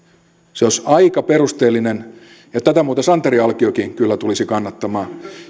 se olisi aika perusteellinen ja tätä muuten santeri alkiokin kyllä tulisi kannattamaan